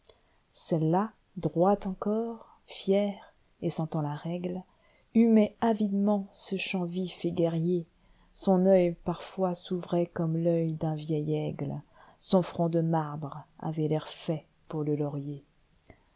celle-là droite encor fière et sentant la règle humait avideaient ce chant vif et guerrier son œil parfois s'ouvrait comme tœil d'un vieil aigle son front de marbre avait l'air fait pour le laurier